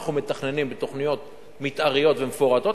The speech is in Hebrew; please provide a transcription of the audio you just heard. אנחנו מתכננים בתוכניות מיתאריות ומפורטות.